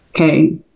Okay